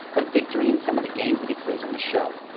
a victory in some of the games that he plays on the show.